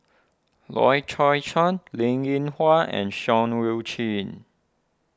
Loy Chye Chuan Linn in Hua and Seah Eu Chin